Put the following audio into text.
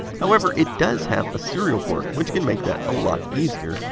however, it does have a serial port, which can make that a lot easier.